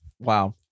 Wow